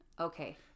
Okay